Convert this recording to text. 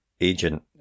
agent